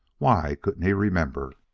why couldn't he remember.